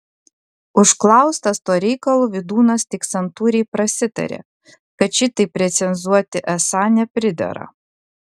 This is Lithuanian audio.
užklaustas tuo reikalu vydūnas tik santūriai prasitarė kad šitaip recenzuoti esą nepridera